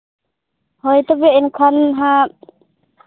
ᱦᱳᱭ ᱛᱚᱵᱮ ᱩᱱ ᱠᱷᱚᱱ ᱦᱟᱸᱜ